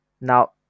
Now